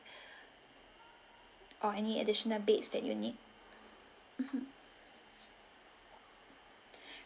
or any additional beds that you need mmhmm